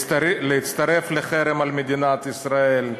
להצטרף לחרם על מדינת ישראל,